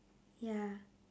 ya